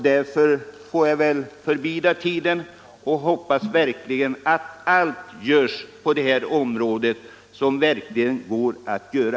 Jag får bida tiden och hoppas verkligen att allt görs på detta område som det är möjligt att göra.